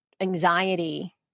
anxiety